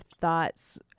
thoughts